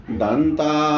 danta